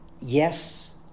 yes